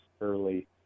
early